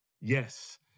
Yes